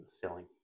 selling